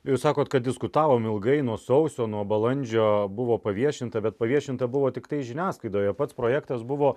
jūs sakot kad diskutavom ilgai nuo sausio nuo balandžio buvo paviešinta bet paviešinta buvo tiktai žiniasklaidoje pats projektas buvo